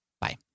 Bye